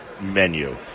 menu